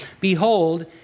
Behold